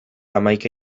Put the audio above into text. hamaika